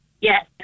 Yes